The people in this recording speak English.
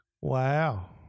wow